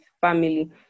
family